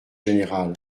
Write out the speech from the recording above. générale